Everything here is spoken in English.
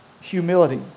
humility